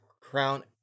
Crown